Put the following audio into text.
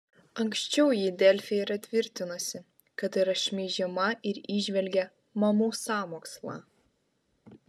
anksčiau ji delfi yra tvirtinusi kad yra šmeižiama ir įžvelgė mamų sąmokslą